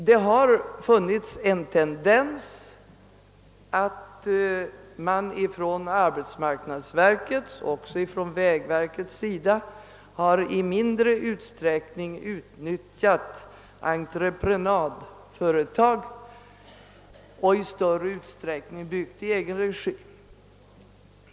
Det har förekommit en tendens hos arbetsmarknadsverket och även hos vägverket att i mindre utsträckning utnyttja entreprenadföretag och i större utsträckning bygga i egen regi.